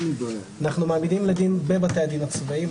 אנחנו מעמידים לדין בבתי הדין הצבאיים.